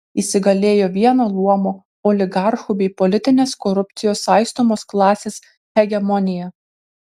įsigalėjo vieno luomo oligarchų bei politinės korupcijos saistomos klasės hegemonija